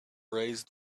raised